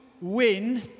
win